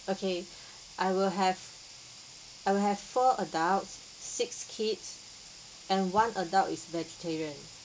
okay I will have I will have four adults six kids and one adult is vegetarian